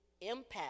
impact